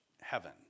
heaven